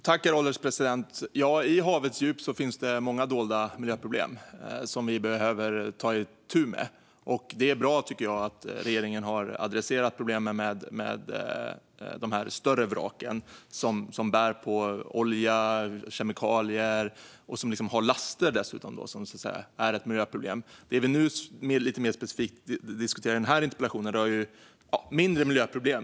Herr ålderspresident! I havets djup finns det många dolda miljöproblem som vi behöver ta itu med. Det är bra att regeringen har adresserat problemen med de här större vraken som bär på olja och kemikalier och dessutom har laster som är ett miljöproblem. Det vi diskuterar lite mer specifikt i den här interpellationsdebatten rör mindre miljöproblem.